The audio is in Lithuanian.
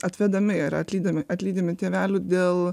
atvedami yra atlydimi atlydimi tėvelių dėl